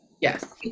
yes